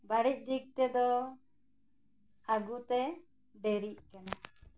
ᱵᱟᱹᱲᱤᱡ ᱫᱤᱠ ᱛᱮᱫᱚ ᱟᱹᱜᱩᱛᱮ ᱫᱮᱨᱤᱜ ᱠᱟᱱᱟ